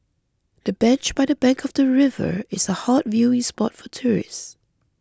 the bench by the bank of the river is a hot viewing spot for tourists